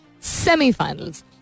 semifinals